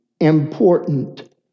important